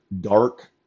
dark